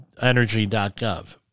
energy.gov